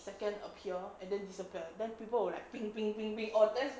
second appear and then disappeared then people will like ping ping ping oh that's